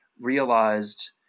realized